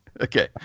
okay